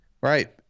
right